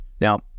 Now